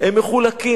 הם מחולקים.